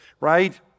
right